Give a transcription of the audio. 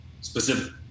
specific